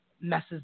messes